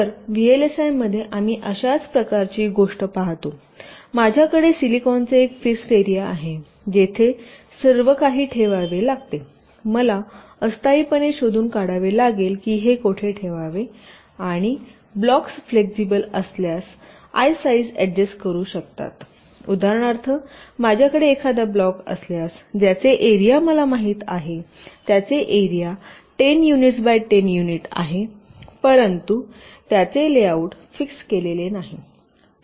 तर व्हीएलएसआय मध्ये आम्ही अशाच प्रकारची गोष्ट पाहतो माझ्याकडे सिलिकॉनचे एक फिक्स्ड एरिया आहे जेथे सर्व काही ठेवावे लागते मला अस्थायीपणे शोधून काढावे लागेल की हे कोठे ठेवावे आणि ब्लॉक्स फ्लेक्सिबल असल्यास I साईज अड्जस्ट करू शकतात उदाहरणार्थ माझ्याकडे एखादा ब्लॉक असल्यास ज्याचे एरिया मला माहित आहे त्याचे एरिया 10 युनिट्स बाय10 युनिट आहे परंतु त्याचे लेआउट फिक्स्ड केलेले नाही